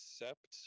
accept